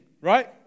right